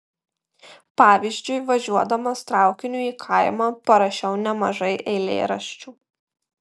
pavyzdžiui važiuodamas traukiniu į kaimą parašiau nemažai eilėraščių